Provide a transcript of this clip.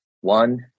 one